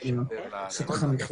בהחלט.